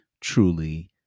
truly